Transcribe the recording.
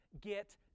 get